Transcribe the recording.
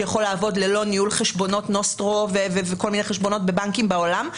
שיכול לעבוד ללא ניהול חשבונות בבנקים בעולם,